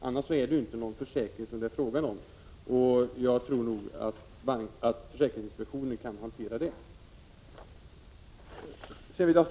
Annars är det ju inte fråga om någon försäkring. Jag tror att försäkringsinspektionen kan hantera detta.